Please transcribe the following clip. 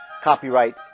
Copyright